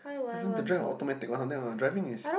ask them to drive an automatic one driving is